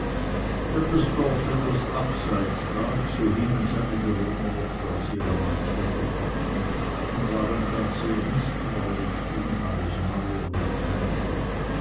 das dorf etwas beiseits lag so hingen seine bewohner noch gar sehr am althergebrachten und waren gar sehr mißtrauisch gegen alles neue und fremde